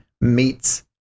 meets